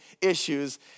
issues